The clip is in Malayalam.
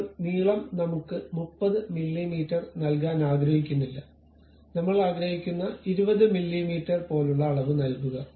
അപ്പോൾ നീളം നമുക്ക് 30 മില്ലീമീറ്റർ നൽകാൻ ആഗ്രഹിക്കുന്നില്ല നമ്മൾ ആഗ്രഹിക്കുന്ന 20 മില്ലീമീറ്റർ പോലുള്ള അളവ് നൽകുക